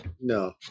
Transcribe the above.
No